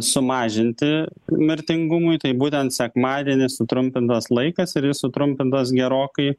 sumažinti mirtingumui tai būtent sekmadienį sutrumpintas laikas ir jis sutrumpintas gerokai